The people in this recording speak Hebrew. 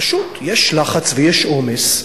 פשוט יש לחץ ויש עומס.